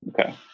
Okay